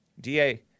DA